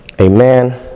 Amen